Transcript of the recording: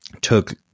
took